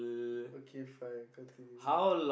okay fine continue